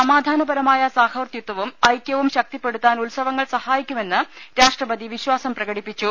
സമാധാനപരമായ സഹവർത്തിത്വവും ഐക്യവും ശക്തിപ്പെടുത്താൻ ഉത്സവങ്ങൾ സഹായിക്കുമെന്ന് രാഷ്ട്രപതി വിശ്വാസം പ്രകടിപ്പിച്ചു